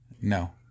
No